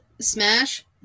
Smash